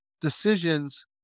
decisions